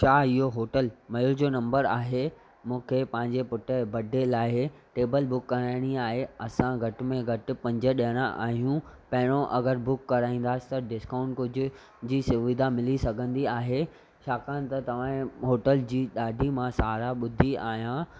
छा इहो होटल महल जो नंबर आहे मूंखे पंहिंजे पुटु जो बडे लाइ टेबल बुक कराइणी आहे असां घटि में घटि पंज ॼणा आहियूं पहिरियों अगरि बुक कराईंदसि त डिस्काउंट कुझु जी सुविधा मिली सघंदी आहे छाकाणि त तव्हांजे होटल जी ॾाढी मां साराह ॿुधी आहियां